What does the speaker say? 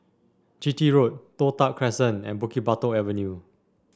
Chitty Road Toh Tuck Crescent and Bukit Batok Avenue